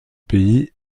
pays